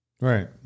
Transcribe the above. Right